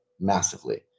massively